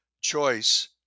choice